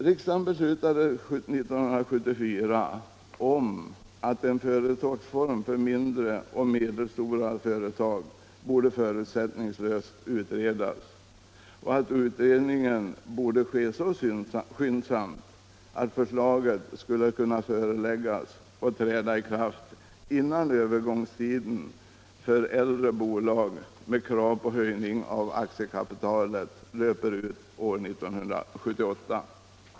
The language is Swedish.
Riksdagen beslutade 1974 att frågan om en företagsform för mindre och medelstora företag förutsättningslöst borde utredas och att utredningen borde ske så skyndsamt att förslaget skulle kunna framläggas och träda i kraft innan övergångstiden för äldre bolag med krav på höjning av aktiekapitalet löper ut år 1978.